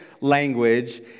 language